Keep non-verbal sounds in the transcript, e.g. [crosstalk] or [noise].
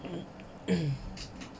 [coughs]